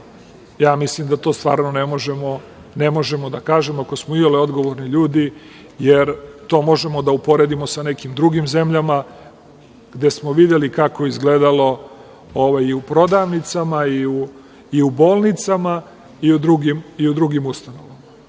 mislim da to stvarno ne možemo da kažemo, ako smo iole odgovorni ljudi, jer to možemo da uporedimo sa nekim drugim zemljama, gde smo videli kako je izgledalo i u prodavnicama, i u bolnicama, i u drugim ustanovama,